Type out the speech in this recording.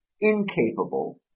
incapable